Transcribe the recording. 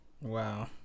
Wow